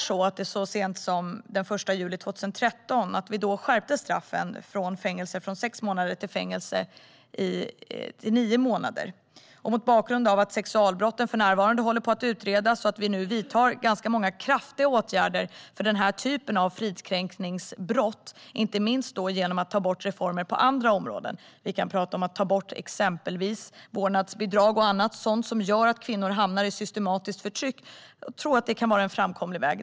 Så sent som den 1 juli 2013 skärptes straffet från fängelse i sex månader till fängelse i nio månader. Just nu pågår en översyn av sexualbrotten. Dessutom vidtar vi kraftiga åtgärder mot denna typ av brott, inte minst genom att ta bort reformer på andra områden. Det handlar exempelvis om att ta bort vårdnadsbidrag och annat som gör att kvinnor hamnar i systematiskt förtryck. Jag tror att detta kan vara en framkomlig väg.